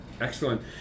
Excellent